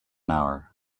hour